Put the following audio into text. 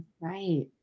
right